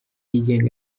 yigenga